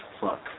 fuck